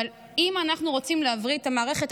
אבל אם אנחנו רוצים להבריא את המערכת,